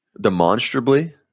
Demonstrably